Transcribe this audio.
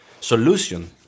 solution